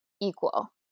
equal